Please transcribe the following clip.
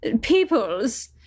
Peoples